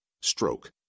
Stroke